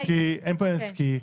אין פה עניין עסקי.